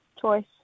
choice